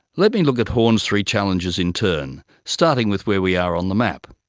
let me look at horne's three challenges in turn, starting with where we are on the map.